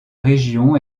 région